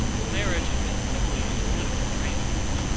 the marriage had been solely a political arrangement.